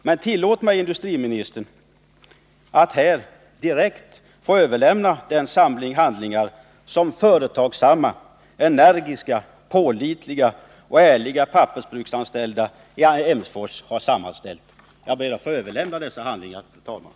Men tillåt mig, industriministern, att här direkt få överlämna den samling handlingar som företagsamma, energiska, pålitliga och ärliga pappersbruksanställda i Emsfors bruk har sammanställt. Jag ber att få överlämna dessa handlingar, fru talman.